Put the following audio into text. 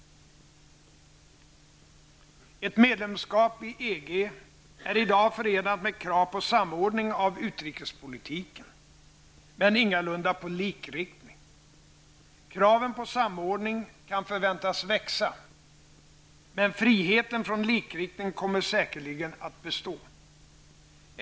Ett medlemskap i EG är i dag förenat med krav på samordning av utrikespolitiken, men ingalunda på likriktning. Kraven på samordning kan förväntas växa, men friheten från likriktning kommer säkerligen att bestå.